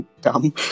dumb